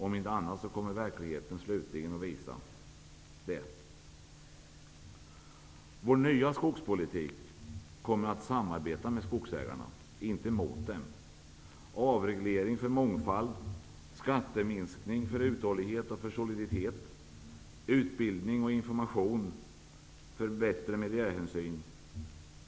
Om inte annat kommer verkligheten slutligen att visa det. Vår nya skogspolitik kommer att samarbeta med skogsägarna, inte arbeta mot dem. Den innebär avreglering för mångfald, skatteminskning för uthållighet och soliditet, utbildning och information för bättre miljöhänsyn.